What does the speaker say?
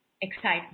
excitement